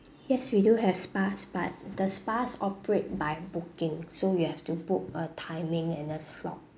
yes we do have spas but the spas operate by booking so you have to book a timing and a slot